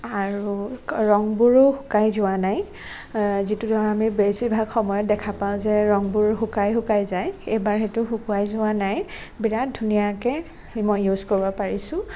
আৰু ৰঙবোৰো শুকাই যোৱা নাই যিটো ধৰক আমি বেছিভাগ সময়ত দেখা পাওঁ যে ৰঙবোৰ শুকাই শুকাই যায় এইবাৰ সেইটো শুকাই যোৱা নাই বিৰাট ধুনীয়াকৈ মই ইউজ কৰিব পাৰিছোঁ